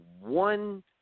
one